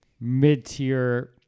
mid-tier